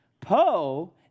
Poe